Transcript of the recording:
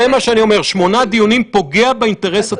אם אתה אומר לממשלה: אתם כל שלושה תתכנסו ותחליטו,